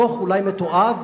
הדוח אולי מתועב,